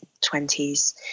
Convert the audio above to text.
20s